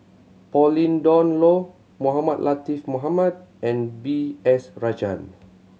Pauline Dawn Loh Mohamed Latiff Mohamed and B S Rajhans